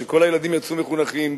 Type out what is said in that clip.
וכל הילדים יצאו מחונכים,